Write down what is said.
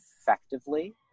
effectively